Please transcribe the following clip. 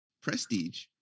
prestige